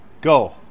Go